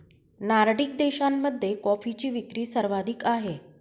Nordic देशांमध्ये कॉफीची विक्री सर्वाधिक आहे